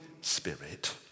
Spirit